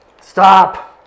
Stop